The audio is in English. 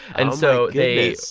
and so they.